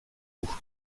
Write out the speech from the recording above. moscou